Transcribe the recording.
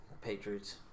Patriots